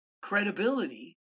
credibility